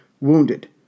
wounded